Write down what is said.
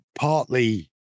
partly